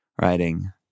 writing